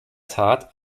tat